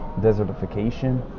desertification